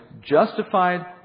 justified